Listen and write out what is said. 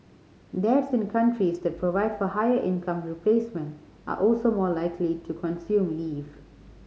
dads in countries that provide for higher income replacement are also more likely to consume leave